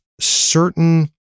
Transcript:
certain